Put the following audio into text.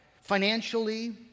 financially